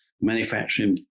manufacturing